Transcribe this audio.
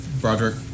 Broderick